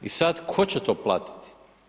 I sad tko će to platiti?